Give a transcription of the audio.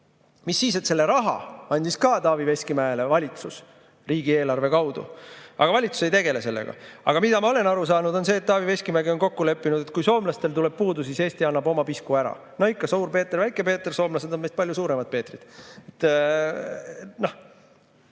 Mis siis, et selle raha andis Taavi Veskimäele valitsus riigieelarve kaudu. Aga valitsus ei tegele sellega. Mida mina olen aru saanud, on see, et Taavi Veskimägi on kokku leppinud, et kui soomlastel tuleb puudu, siis Eesti annab oma pisku ära. No ikka, Suur Peeter ja Väike Peeter, soomlased on meist palju suuremad Peetrid.